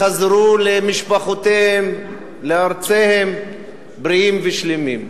והם חזרו למשפחותיהם ולארצם בריאים ושלמים.